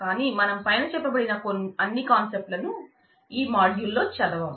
కాని మనం పైన చెప్పబడిన అన్ని కాన్సెప్ట్లను ఈ మాడ్యూల్లో చదవం